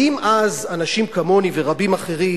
האם אז אנשים כמוני ורבים אחרים,